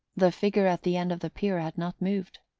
the figure at the end of the pier had not moved.